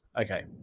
Okay